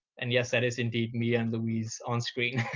and yes, that is indeed me and louise on screen.